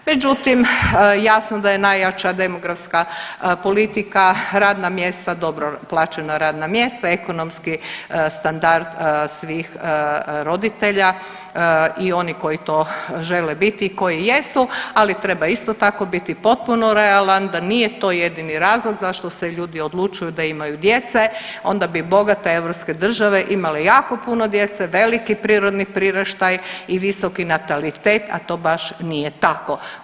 Međutim, jasno da je najjača demografska politika radna mjesta, dobro plaćena radna mjesta, ekonomski standard svih roditelja i oni koji to žele biti i koji jesu, ali treba isto tako biti potpuno realan da nije to jedini razlog zašto se ljudi odlučuju da imaju djece, onda bi bogate europske države imale jako puno djece, veliki prirodni priraštaj i visoki natalitet, a to baš nije tako.